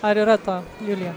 ar yra to julija